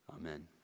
Amen